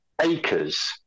acres